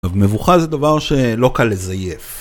מבוכה זה דבר שלא קל לזייף